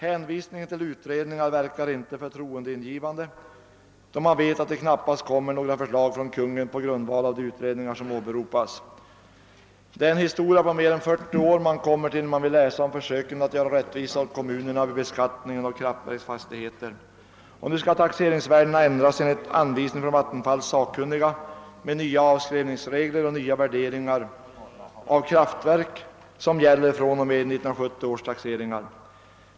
Hänvisningen till utredningar verkar inte förtroendeingivande, då man vet att det knappast kommer några förslag från Kungl. Maj:t på grund av de utredningar som åberopas. Det är en historia på mer än 40 år man kommer till, när man vill läsa om försöken att göra rättvisa åt kommunerna vid beskattning av kraftverksfastigheter. Och nu skall taxeringsvärdena ändras enligt anvisning från Vattenfalls sakkunniga med nya avskrivningsregler och nya värderingar av kraftverk som gäller fr.o.m. 1970 års taxering.